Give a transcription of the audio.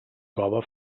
cove